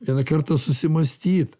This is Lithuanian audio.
vieną kartą susimąstyt